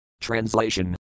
Translation